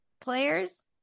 players